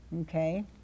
okay